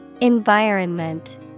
Environment